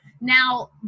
Now